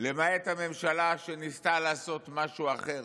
למעט הממשלה שניסתה לעשות משהו אחר,